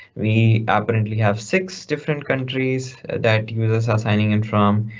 we apparently have six different countries that users are signing in from.